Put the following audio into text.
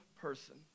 person